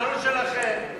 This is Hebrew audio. אנחנו שלכם.